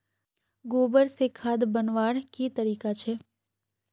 गोबर से खाद बनवार की तरीका छे?